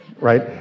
right